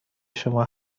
شما